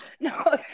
No